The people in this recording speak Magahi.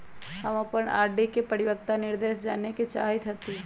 हम अपन आर.डी के परिपक्वता निर्देश जाने के चाहईत हती